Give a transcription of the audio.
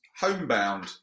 Homebound